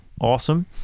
Awesome